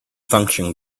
function